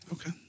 Okay